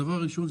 הדבר הראשון,